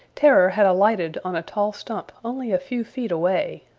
terror had alighted on a tall stump only a few feet away.